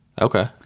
Okay